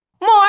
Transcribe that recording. More